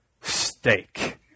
steak